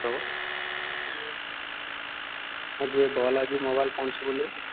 hello हाँ जी Bala ji mobile phone से बोले रहे हो